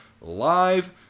live